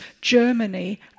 Germany